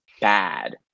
bad